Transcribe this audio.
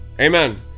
amen